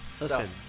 listen